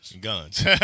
Guns